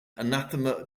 anathema